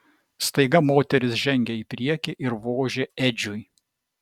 staiga moteris žengė į priekį ir vožė edžiui